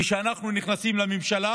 כשאנחנו נכנסים לממשלה,